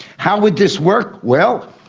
how would this work? well,